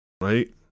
right